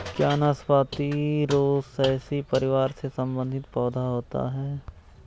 क्या नाशपाती रोसैसी परिवार से संबंधित पौधा होता है?